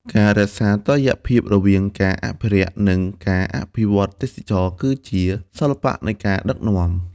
ការរក្សាតុល្យភាពរវាងការអភិរក្ស និងការអភិវឌ្ឍទេសចរណ៍ គឺជាសិល្បៈនៃការដឹកនាំ។